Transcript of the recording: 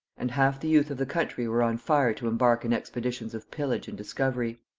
and half the youth of the country were on fire to embark in expeditions of pillage and discovery.